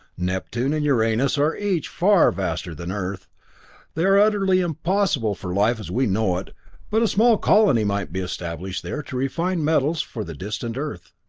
neptune and uranus are each far vaster than earth they are utterly impossible for life as we know it, but a small colony might be established there to refine metals for the distant earth.